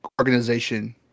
organization